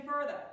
further